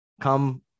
come